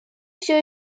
все